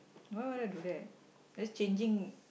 why would I do that that's changing